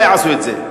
לא יעשו את זה.